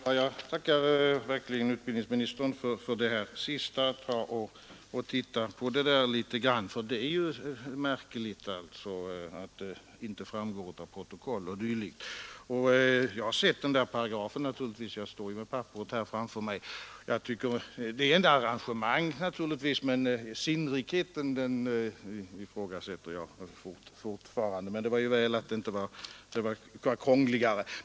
Herr talman! Jag tackar verkligen utbildningsministern för det sista beskedet. Han bör nog titta litet grand på detta, ty det är ju märkligt att vad utbildningsministern nu tog upp inte framgår av protokoll o. d. Jag har naturligtvis sett paragrafen i fråga — jag kan läsa den i stadgarna, som jag just nu har i min hand — och där redovisas ett visst arrangemang. Sinnrikheten ifrågasätter jag dock fortfarande — men det var ju väl att det inte var krångligare.